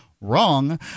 wrong